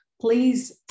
please